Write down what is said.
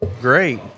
great